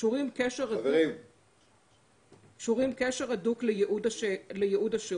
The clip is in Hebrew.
קשורים קשר הדוק לייעוד השירות.